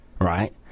right